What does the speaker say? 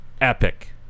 epic